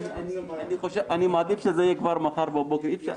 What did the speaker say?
אני מעדיף שזה יהיה מחר בבוקר.